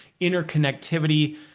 interconnectivity